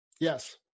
yes